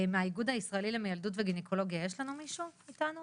מהאיגוד הישראלי למיילדות וגניקולוגיה יש לנו מישהו איתנו